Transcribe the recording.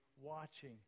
watching